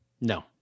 No